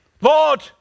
Lord